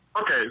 Okay